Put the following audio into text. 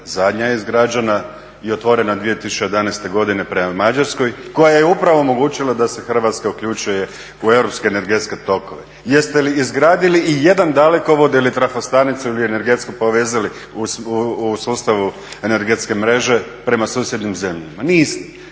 zadnja je izgrađena i otvorena 2011.godine prema Mađarskoj koja je upravo omogućila da se Hrvatska uključuje u europske energetske tokove. Jeste li izgradili ijedan dalekovod ili trafostanicu ili energetski povezali u sustavu energetske mreže prema susjednim zemljama? Niste.